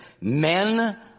men